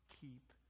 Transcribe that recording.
keep